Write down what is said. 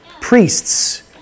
priests